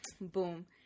Boom